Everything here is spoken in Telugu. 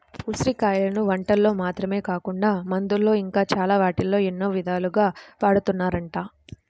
ఉసిరి కాయలను వంటకాల్లో మాత్రమే కాకుండా మందుల్లో ఇంకా చాలా వాటిల్లో ఎన్నో ఇదాలుగా వాడతన్నారంట